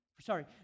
sorry